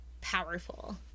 powerful